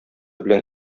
белән